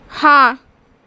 हाँ